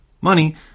money